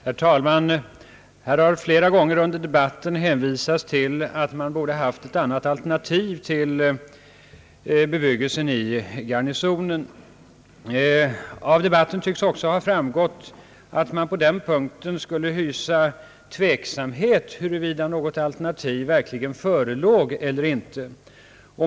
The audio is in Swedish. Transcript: Herr talman! I debatten har flera gånger sagts att man borde haft ett alternativ till bebyggelsen i Garnisonen. Av debatten har också framgått att man tycks hysa tveksamhet huruvida något alternativ verkligen förelåg eller inte.